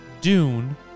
dune